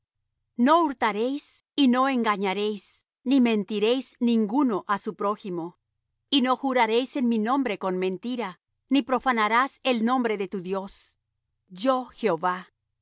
no hurtaréis y no engañaréis ni mentiréis ninguno á su prójimo y no juraréis en mi nombre con mentira ni profanarás el nombre de tu dios yo jehová